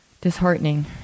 disheartening